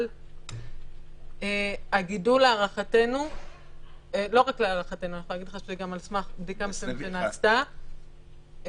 אבל הגידול להערכתנו וגם על סמך בדיקה שנעשתה,